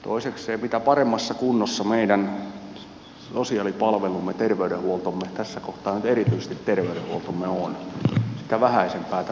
toisekseen mitä paremmassa kunnossa meidän sosiaalipalvelumme terveydenhuoltomme tässä kohtaa nyt erityisesti terveydenhuoltomme on sitä vähäisempää tämän lain käyttö on